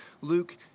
Luke